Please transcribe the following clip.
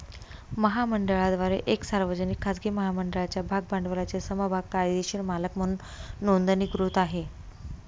महामंडळाद्वारे एक सार्वजनिक, खाजगी महामंडळाच्या भाग भांडवलाचे समभाग कायदेशीर मालक म्हणून नोंदणीकृत आहे